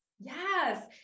Yes